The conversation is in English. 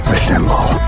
Assemble